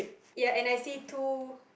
ya and I see two